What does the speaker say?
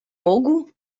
mógł